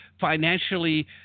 financially